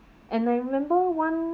and I remember one